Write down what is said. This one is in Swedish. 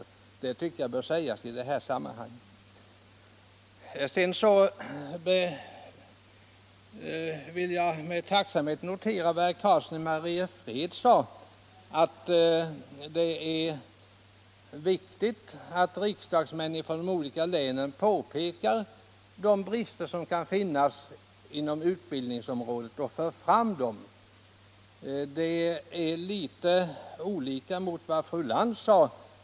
Det tycker jag också bör sägas i detta sammanhang. Vidare noterade jag med tacksamhet vad herr Karlsson i Mariefred sade, att det är viktigt att riksdagsmän från olika län påpekar de brister som där kan finnas inom utbildningsområdet. Det är litet annorlunda än vad fru Lantz sade.